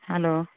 hello